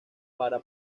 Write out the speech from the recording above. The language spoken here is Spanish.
para